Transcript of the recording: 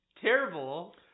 terrible